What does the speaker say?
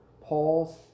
Paul's